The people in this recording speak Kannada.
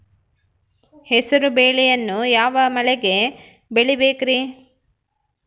ಹೆಸರುಬೇಳೆಯನ್ನು ಯಾವ ಮಳೆಗೆ ಬೆಳಿಬೇಕ್ರಿ?